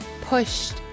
pushed